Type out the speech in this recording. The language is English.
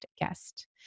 Guest